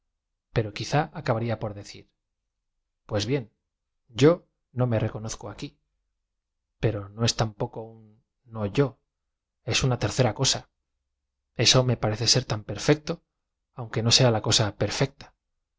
pero quizá acabarla por decir tpues bien yo no me reconozco aquí pero no es tam poco un fio yo es una tercera cosa eso me parece rer tan perfecto aunque no sea la coaa perfecta